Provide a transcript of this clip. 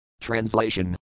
Translation